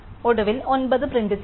ഒടുവിൽ 9 പ്രിന്റ് ചെയ്യും